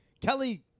Kelly